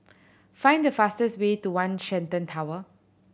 find the fastest way to One Shenton Tower